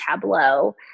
Tableau